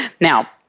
Now